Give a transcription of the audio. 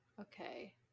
Okay